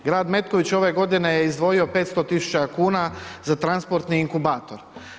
Grad Metković ove godine je izdvojio 500.000,00 kn za transportni inkubator.